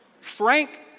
Frank